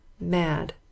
mad